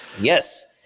Yes